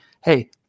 hey